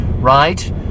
right